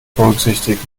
berücksichtigen